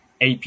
AP